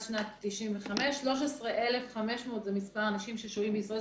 שנת 95'; 13,500 זה מספר האנשים ששוהים בישראל,